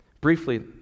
Briefly